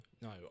No